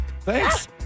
Thanks